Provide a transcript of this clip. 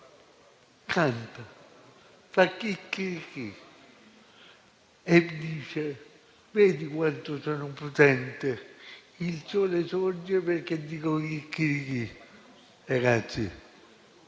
canta, fa chicchirichì e dice: vedi quanto sono potente? Il sole sorge perché dico chicchirichì. Ragazzi,